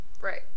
Right